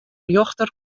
rjochter